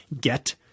get